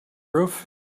roof